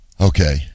Okay